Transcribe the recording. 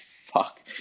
fuck